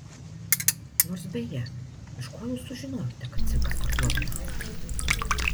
nors beje iš ko jūs sužinojote kad cvikas parduoda namą